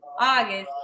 August